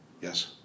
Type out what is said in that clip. Yes